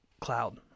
cloud